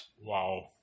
Wow